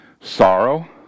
sorrow